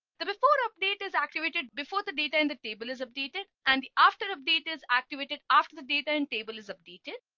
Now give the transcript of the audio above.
the before update is activated before the data in the table is updated and after update is activated after the data in table is updated.